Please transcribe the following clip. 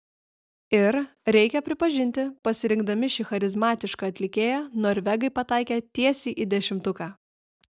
ir reikia pripažinti pasirinkdami šį charizmatišką atlikėją norvegai pataikė tiesiai į dešimtuką